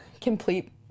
Complete